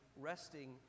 resting